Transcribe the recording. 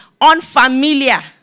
unfamiliar